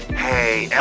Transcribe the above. hey,